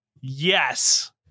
Yes